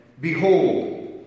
Behold